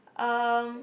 um